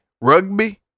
rugby